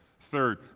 Third